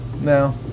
no